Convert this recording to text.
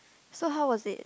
so how was it